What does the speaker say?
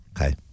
Okay